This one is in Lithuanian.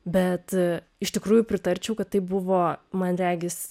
bet iš tikrųjų pritarčiau kad tai buvo man regis